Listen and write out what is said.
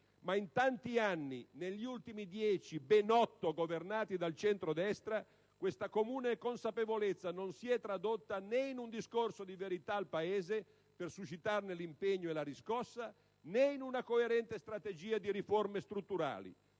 Ma in tanti anni - negli ultimi dieci, ben otto governati dal centrodestra - questa comune consapevolezza non si è tradotta né in un discorso di verità al Paese, per suscitarne l'impegno e la riscossa, né in una coerente strategia di riforme strutturali: